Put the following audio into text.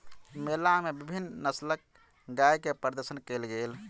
मेला मे विभिन्न नस्लक गाय के प्रदर्शन कयल गेल